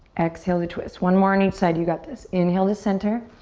exhale to twist. one more on each side, you got this. inhale to center.